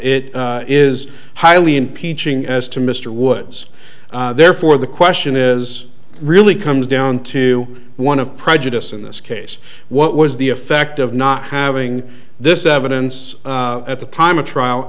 t is highly impeaching as to mr woods therefore the question is really comes down to one of prejudice in this case what was the effect of not having this evidence at the time of trial